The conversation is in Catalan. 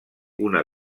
una